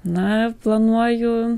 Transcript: na planuoju